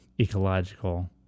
ecological